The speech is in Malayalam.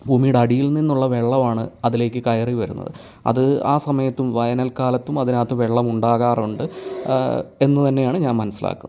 ഭൂമിയുടെ അടിയിൽ നിന്നുള്ള വെള്ളമാണ് അതിലേയ്ക്ക് കയറി വരുന്നത് അത് ആ സമയത്തും വേനൽക്കാലത്തും അതിനകത്ത് വെള്ളം ഉണ്ടാകാറുണ്ട് എന്നുതന്നെയാണ് ഞാൻ മനസ്സിലാക്കുന്നത്